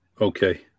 Okay